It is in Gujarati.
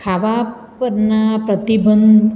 ખાવા પરના પ્રતિબંધ